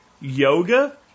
Yoga